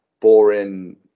boring